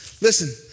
Listen